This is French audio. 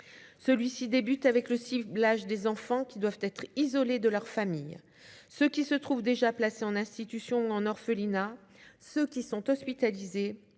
Celui-ci débute avec le ciblage des enfants, qui doivent être isolés de leur famille. Ceux qui se trouvent déjà placés en institution ou en orphelinat, ceux qui sont hospitalisés